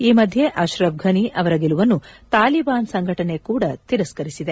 ಈ ಮಧ್ಯೆ Ashraf Ghani ಅವರ ಗೆಲುವನ್ನು ತಾಲಿಬಾನ್ ಸಂಘಟನೆ ಕೂಡ ತಿರಸ್ನ ರಿಸಿದೆ